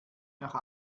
nach